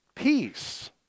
Peace